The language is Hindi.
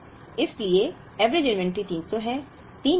इसलिए औसत एवरेज इन्वेंट्री 300 है